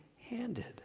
handed